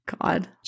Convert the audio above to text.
God